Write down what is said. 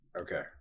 Okay